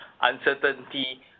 uncertainty